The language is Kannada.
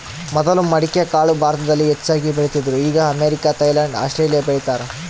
ಮೊದಲು ಮಡಿಕೆಕಾಳು ಭಾರತದಲ್ಲಿ ಹೆಚ್ಚಾಗಿ ಬೆಳೀತಿದ್ರು ಈಗ ಅಮೇರಿಕ, ಥೈಲ್ಯಾಂಡ್ ಆಸ್ಟ್ರೇಲಿಯಾ ಬೆಳೀತಾರ